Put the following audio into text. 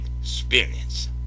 experience